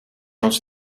ons